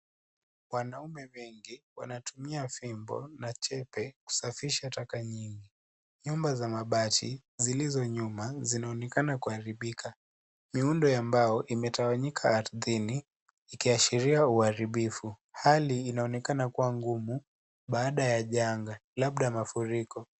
Wanaume wengi wanatumia fimbo na jembe kusafisha taka nyingi. Nyumba za mabati zilizo nyuma zinaonekana kuharibika. Miundo ya mbao imetawanyika ardhini ikiashiria uharibifu. Hali inaonekana kuwa ngumu baada ya janga, labda mafuriko.